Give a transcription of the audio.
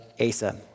Asa